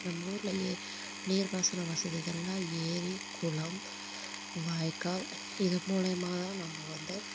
நம்முரில் நீர்ப்பாசனம் வசதிகள்லாம் ஏரி குளம் வாய்க்கால் இதன் மூலிமா தான் நம்ம வந்து